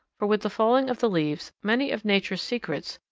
for with the falling of the leaves many of nature's secrets,